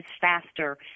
faster